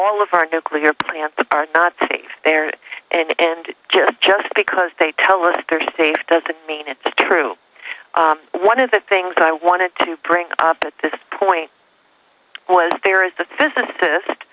all of our nuclear plants are not safe there and just just because they tell us they're safe doesn't mean it's true one of the things i wanted to bring up at this point i wasn't there at the physicist